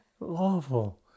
awful